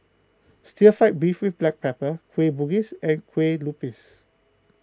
Stir Fry Beef with Black Pepper Kueh Bugis and Kue Lupis